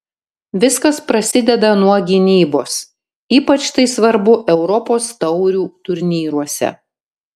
viskas prasideda nuo gynybos ypač tai svarbu europos taurių turnyruose